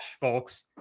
folks